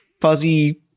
fuzzy